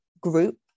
group